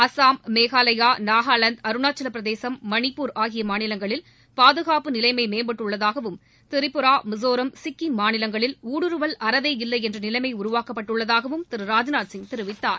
அசாம் மேகாலயா நாகாலாந்து அருணச்சாலப் பிரதேசும் மணிப்பூர் ஆகிய மாநிலங்களில் பாதுகாப்பு நிலைமை மேம்பட்டுள்ளதாகவும் திரிபுரா மிசோரம் சிக்கிம் மாநிலங்களில் ஊடுருவல் அறவே இல்லை என்ற நிலைமை உருவாக்கப்பட்டுள்ளதாகவும் திரு ராஜ்நாத் சிங் தெரிவித்தார்